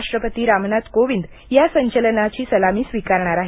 राष्ट्रपती रामनाथ कोविंद या संचलनाची सलामी स्वीकारणार आहेत